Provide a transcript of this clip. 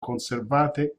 conservate